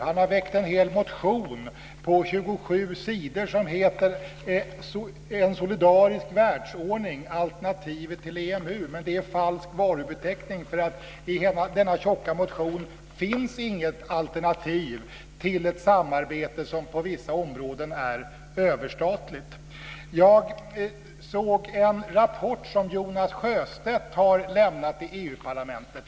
Han har väckt en motion på 27 sidor som heter Men det är falsk varubeteckning, för i hela denna tjocka motion finns inget alternativ till ett samarbete som på vissa områden är överstatligt. Jag såg en rapport som Jonas Sjöstedt har lämnat till EU-parlamentet.